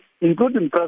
including